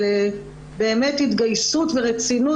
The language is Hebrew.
על התגייסות ורצינות.